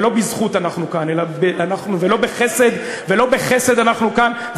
ולא בחסד אנחנו כאן,